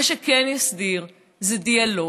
מה שכן יסדיר זה דיאלוג,